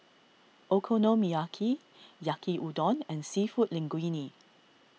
Okonomiyaki Yaki Udon and Seafood Linguine